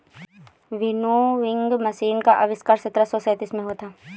winnowing machine का आविष्कार सत्रह सौ सैंतीस में हुआ था